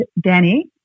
Danny